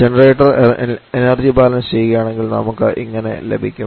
generator energy balance ചെയ്യുകയാണെങ്കിൽ നമുക്ക് ഇങ്ങനെ ലഭിക്കും